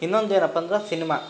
ಇನ್ನೊಂದೇನಪ್ಪ ಅಂದ್ರೆ ಸಿನ್ಮಾ